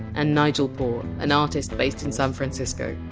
and nigel poor, an artist based in san francisco.